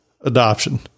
adoption